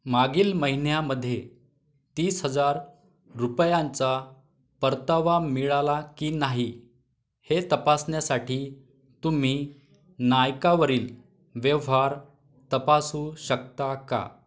मागील महिन्यामध्ये तीस हजार रुपयांचा परतावा मिळाला की नाही हे तपासण्यासाठी तुम्ही नायकावरील व्यवहार तपासू शकता का